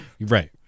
Right